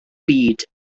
byd